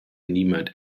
niemand